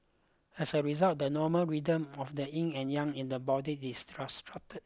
as a result the normal rhythm of the Yin and Yang in the body is disrupted